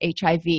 HIV